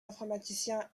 informaticiens